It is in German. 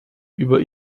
über